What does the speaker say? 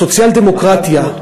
סוציאל-דמוקרטיה,